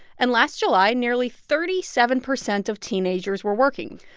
and last july, nearly thirty seven percent of teenagers were working.